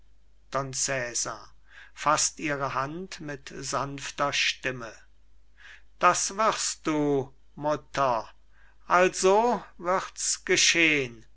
faßt ihre hand mit sanfter stimme das wirst du mutter also wird's geschehn